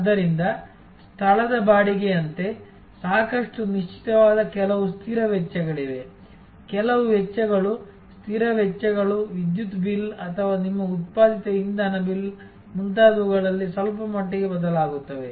ಆದ್ದರಿಂದ ಸ್ಥಳದ ಬಾಡಿಗೆಯಂತೆ ಸಾಕಷ್ಟು ನಿಶ್ಚಿತವಾದ ಕೆಲವು ಸ್ಥಿರ ವೆಚ್ಚಗಳಿವೆ ಕೆಲವು ವೆಚ್ಚಗಳು ಸ್ಥಿರ ವೆಚ್ಚಗಳು ವಿದ್ಯುತ್ ಬಿಲ್ ಅಥವಾ ನಿಮ್ಮ ಉತ್ಪಾದಿತ ಇಂಧನ ಬಿಲ್ ಮುಂತಾದವುಗಳಲ್ಲಿ ಸ್ವಲ್ಪಮಟ್ಟಿಗೆ ಬದಲಾಗುತ್ತವೆ